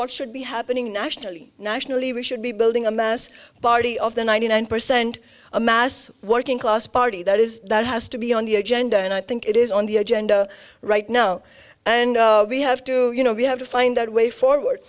what should be happening nationally nationally we should be building a mass body of the ninety nine percent a mass working class party that is that has to be on the agenda and i think it is on the agenda right now and we have to you know we have to find that way forward